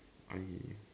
I